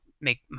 make